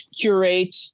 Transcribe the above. curate